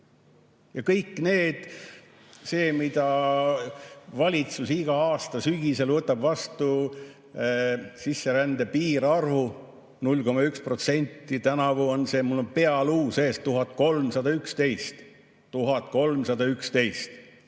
Ja kõik see, mille valitsus iga aasta sügisel võtab vastu, sisserände piirarv 0,1%, tänavu oli see – mul on pealuu sees – 1311